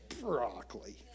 Broccoli